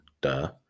duh